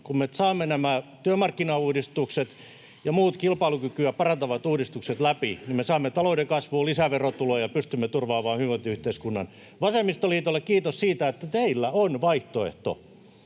kun me saamme nämä työmarkkinauudistukset ja muut kilpailukykyä parantavat uudistukset läpi, niin me saamme talouden kasvuun lisää verotuloja ja pystymme turvaamaan hyvinvointiyhteiskunnan. Vasemmistoliitolle kiitos siitä, että teillä on vaihtoehto.